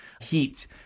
heat